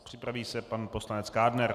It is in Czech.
Připraví se pan poslanec Kádner.